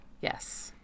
Yes